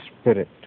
spirit